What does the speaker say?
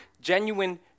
Genuine